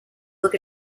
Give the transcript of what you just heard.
look